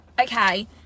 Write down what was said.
Okay